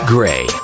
Gray